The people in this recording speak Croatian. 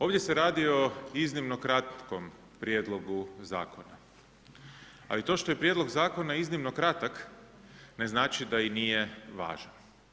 Ovdje se radi o iznimno kratkom prijedlogu zakona, ali to što je prijedlog zakona iznimno kratak ne znači da nije važan.